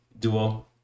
Duo